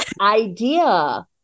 idea